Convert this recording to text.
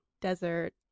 desert